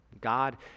God